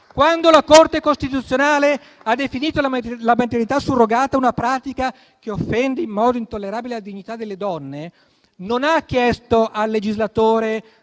Quando la Corte costituzionale ha definito la maternità surrogata una pratica che offende in modo intollerabile la dignità delle donne, non ha chiesto al legislatore